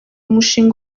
mushinga